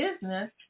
business